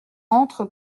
entre